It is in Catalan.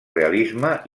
realisme